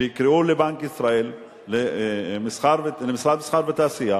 שיקראו לבנק ישראל ולמשרד המסחר והתעשייה